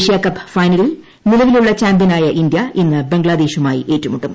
Asia Cup ഫൈനലിൽ നിലവിലുള്ള ചാമ്പ്യനായ ഇന്ത്യ ഇന്ന് ബംഗ്ലാദേശുമായി ഏറ്റുമുട്ടും